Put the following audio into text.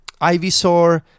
Ivysaur